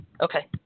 Okay